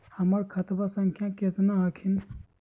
हमर खतवा संख्या केतना हखिन?